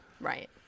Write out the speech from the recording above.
Right